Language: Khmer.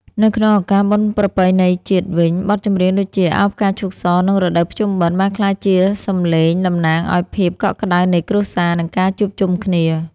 នៅក្នុងឱកាសបុណ្យប្រពៃណីជាតិវិញ បទចម្រៀងដូចជា ឱ! ផ្កាឈូកស និង រដូវភ្ជុំបិណ្ឌ បានក្លាយជាសម្លេងតំណាងឱ្យភាពកក់ក្តៅនៃគ្រួសារ និងការជួបជុំគ្នា។